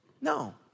No